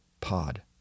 Pod